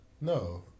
No